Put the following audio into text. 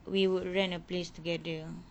we would rent a place together ah